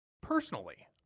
Personally